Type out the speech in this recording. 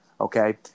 Okay